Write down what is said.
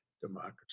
democracy